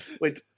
Wait